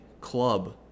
club